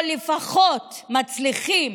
או לפחות מצליחות